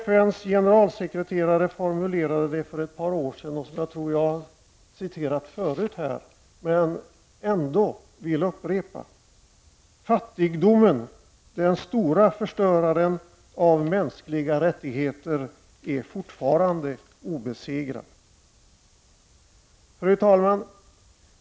FNs generalsekreterare formulerade för några år sedan något som jag tror att jag har citerat förut här i kammaren, men jag vill ändå upprepa det. Han sade följande: Fattigdomen, den stora förstöraren av mänskliga rättigheter, är fortfarande obesegrad. Fru talman!